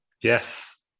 Yes